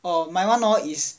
oh my [one] hor is